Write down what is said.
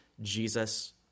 Jesus